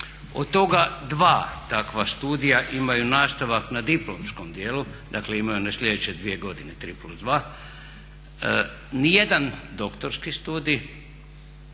od toga 2 takva studija imaju nastavak na diplomskom dijelu, dakle imaju one sljedeće 2 godine, 3+2, ni jedan doktorski studij,